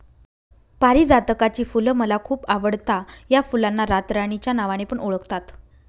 पारीजातकाची फुल मला खूप आवडता या फुलांना रातराणी च्या नावाने पण ओळखतात